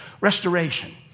restoration